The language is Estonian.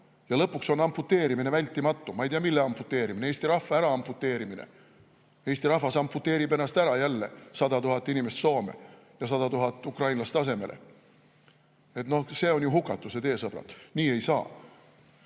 ja lõpuks on amputeerimine vältimatu. Ma ei tea, mille amputeerimine. [Ilmselt] Eesti rahva äraamputeerimine. Eesti rahvas amputeerib ennast jälle ära: 100 000 inimest Soome ja 100 000 ukrainlast asemele. Noh, see on hukatuse tee, sõbrad, nii ei saa.